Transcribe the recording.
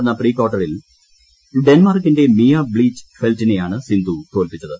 നടന്ന പ്രീ കാർട്ടറിൽ ഡെൻമാർക്കിന്റെ മിയ ബ്ലിച്ച് ഇന്നലെ ഫെൽറ്റിനെ യാണ് സിന്ധു തോൽപ്പിച്ചത്